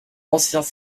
anciens